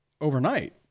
overnight